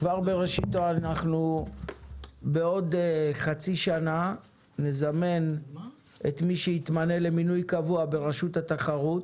אנחנו בעוד חצי שנה נזמן את מי שיתמנה למינוי קבוע ברשות התחרות